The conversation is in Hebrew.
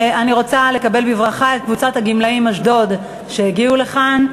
אני רוצה לקבל בברכה את קבוצת הגמלאים מאשדוד שהגיעו לכאן.